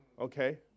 okay